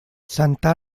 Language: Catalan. santa